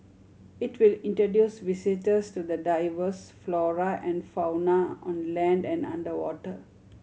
it will introduce visitors to the diverse flora and fauna on land and underwater